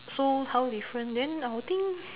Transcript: so how different then I'll think